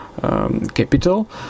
capital